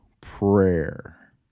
prayer